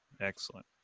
excellent